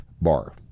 bar